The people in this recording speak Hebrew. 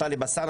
טלב אלסאנע,